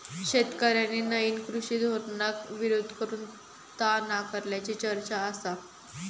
शेतकऱ्यांनी नईन कृषी धोरणाक विरोध करून ता नाकारल्याची चर्चा आसा